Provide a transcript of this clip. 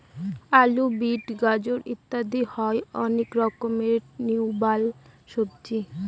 আলু, বিট, গাজর ইত্যাদি হয় অনেক রকমের টিউবার সবজি